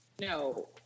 No